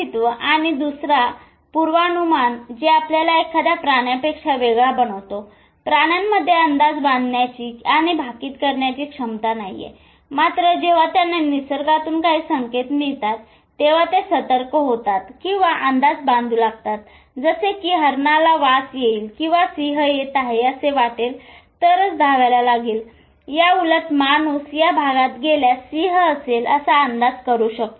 तात्काळ म्हणजे एक भाग म्हणजे शारीरिक अस्तित्वाचा आणि दुसरा पूर्वानुमान जे आपल्याला एखाद्या प्राण्यापेक्षा वेगळा बनवतो प्राण्यांमध्ये अंदाज बांधण्याची आणि भाकीत करण्याची क्षमता नाहीय मात्र जेव्हा त्यांना निसर्गातून कांही संकेत मिळतात तेंव्हा ते सतर्क होतात किंवा अंदाज बांधू शकतात जसे कि हरीनाला वास येईल किंवा सिंह येत आहे असे वाटेल तरच धावायला लागेल याउलट माणूस या भागात गेल्यास सिंह असेल असा अंदाज करू शकतो